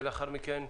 לאחר מכן,